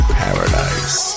paradise